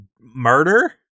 murder